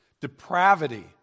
depravity